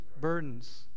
burdens